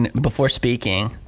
and before speaking,